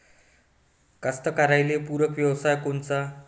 कास्तकाराइले पूरक व्यवसाय कोनचा?